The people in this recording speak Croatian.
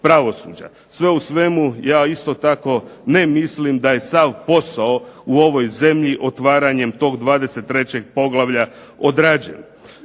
Sve u svemu, ja isto tako ne mislim da je sav posao u ovoj zemlji otvaranjem tog 23. poglavlja odrađen.